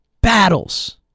Battles